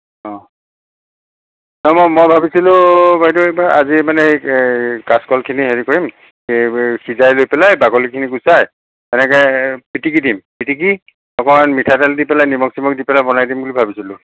অ' নাই মই মই ভাবিছিলোঁ বাইদেউ এবাৰ আজি মানে এই কাচকলখিনি হেৰি কৰিম এই সিজাই লৈ পেলাই বাকলিখিনি গোচাই এনেকৈ পিটিকি দিম পিটিকি অকণমান মিঠাতেল দি পেলাই নিমখ চিমখ দি পেলাই বনাই দিম বুলি ভাবিছিলোঁ